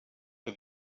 for